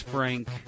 Frank